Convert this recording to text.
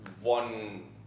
one